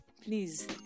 Please